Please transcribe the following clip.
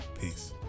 peace